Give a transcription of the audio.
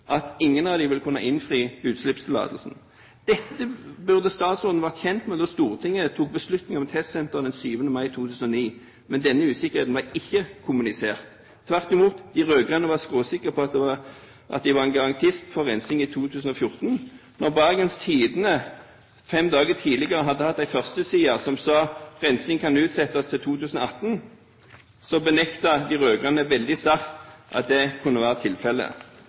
at ingen av dem vil kunne innfri utslippstillatelsen. Dette burde statsråden vært kjent med da Stortinget tok beslutning om testsenteret den 7. mai 2009, men denne usikkerheten ble ikke kommunisert, tvert imot: De rød-grønne var skråsikre på at de var garantister for rensing i 2014. Når Bergens Tidende fem dager tidligere hadde hatt en førsteside hvor det sto at rensing kan utsettes til 2018, benektet de rød-grønne veldig sterkt at det kunne være tilfellet.